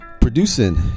producing